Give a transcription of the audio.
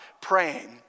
praying